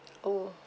oh